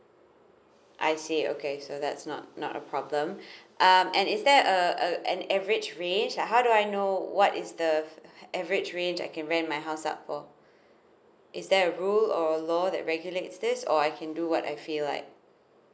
I see okay so that's not not a problem um and is there a a an average range like how do I know what is the average range I can rent my house up or is there a rule or law that regulates this or I can do what I feel like